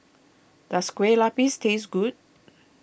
does Kueh Lapis taste good